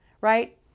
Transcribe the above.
right